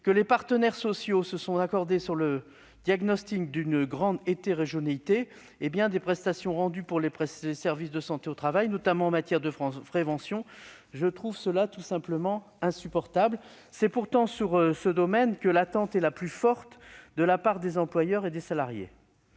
que les partenaires sociaux se sont accordés sur le diagnostic d'une « grande hétérogénéité » des prestations rendues par les SPST, notamment en matière de prévention, je trouve cela tout simplement insupportable. Or c'est dans ce domaine que l'attente est la plus forte de la part des employeurs et des salariés.